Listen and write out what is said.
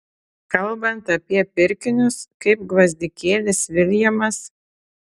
kalbant apie pirkinius kaip gvazdikėlis viljamas